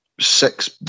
six